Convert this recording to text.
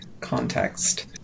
context